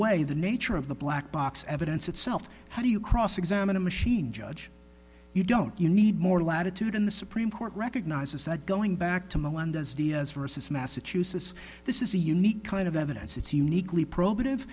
way the nature of the black box evidence itself how do you cross examine a machine judge you you don't i need more latitude in the supreme court recognizes that going back to melendez diaz versus massachusetts this is a unique kind of evidence it's uniquely probative